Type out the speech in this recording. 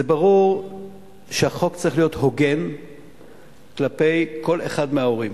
זה ברור שהחוק צריך להיות הוגן כלפי כל אחד מההורים.